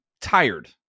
tired